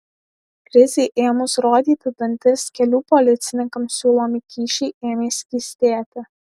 krizei ėmus rodyti dantis kelių policininkams siūlomi kyšiai ėmė skystėti